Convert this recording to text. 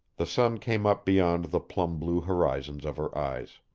the sun came up beyond the plum-blue horizons of her eyes.